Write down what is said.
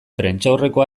prentsaurrekoa